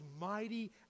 mighty